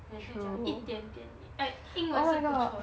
也会讲一点点 eh 英文是不错